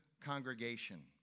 congregation